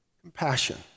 compassion